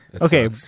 Okay